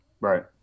right